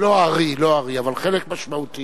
לא הארי, אבל חלק משמעותי.